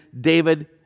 David